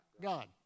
God